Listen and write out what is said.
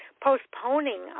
postponing